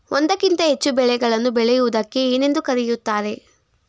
ಒಂದಕ್ಕಿಂತ ಹೆಚ್ಚು ಬೆಳೆಗಳನ್ನು ಬೆಳೆಯುವುದಕ್ಕೆ ಏನೆಂದು ಕರೆಯುತ್ತಾರೆ?